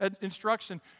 instruction